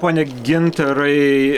pone gintarai